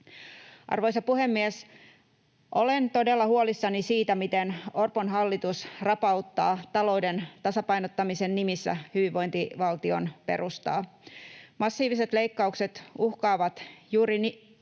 Arvoisa puhemies! Olen todella huolissani siitä, miten Orpon hallitus rapauttaa talouden tasapainottamisen nimissä hyvinvointivaltion perustaa. Massiiviset leikkaukset uhkaavat juuri sitä